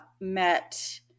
met